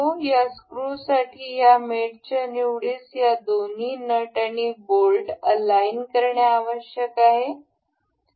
या स्क्रूसाठी या मेटच्या निवडीस या दोन्ही नट आणि बोल्ट अलाईन करणे आवश्यक आहे